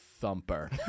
thumper